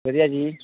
ਵਧੀਆ ਜੀ